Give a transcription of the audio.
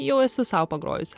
jau esu sau pagrojusi